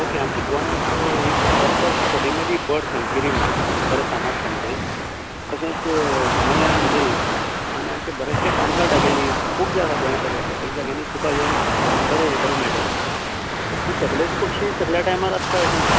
okay आमचें गोंयांत एक doctor Salim Ali bird sanctuary म्हूण बरें फामाद सामकें तशेंच मया लेक आनी आमचें बरेंशे पानतळ जाग्यांनी खुबशा अभयारण्यां येता तशें जाग्यांनी तुका योवन बरें यें करून हें मेळटलें पूण सगळेंच पक्षी सगळ्यां टायमार आसता अशें ना